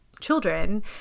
children